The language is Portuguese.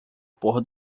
pôr